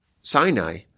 Sinai